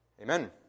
Amen